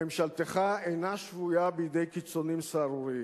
ממשלתך אינה שבויה בידי קיצונים סהרורים,